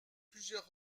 plusieurs